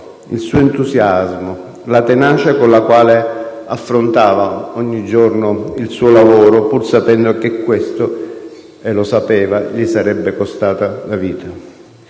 il suo entusiasmo, la tenacia con la quale affrontava ogni giorno il suo lavoro, pur sapendo che questo - e lo sapeva - gli sarebbe costato la vita.